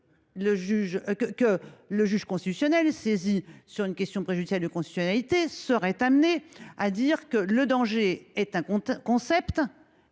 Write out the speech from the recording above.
que le juge constitutionnel, saisi d’une question préjudicielle de constitutionnalité, serait amené à statuer que, le danger étant un concept